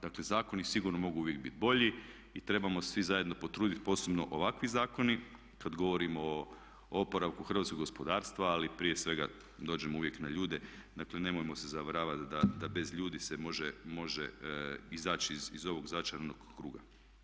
Dakle zakoni sigurno mogu uvijek biti bolji i trebamo svi zajedno potruditi, posebno ovakvi zakoni kada govorimo o oporavku hrvatskog gospodarstva ali prije svega dođemo uvijek na ljude, dakle nemojmo se zavaravati da bez ljudi se može izaći iz ovog začaranog kruga.